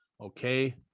Okay